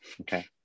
okay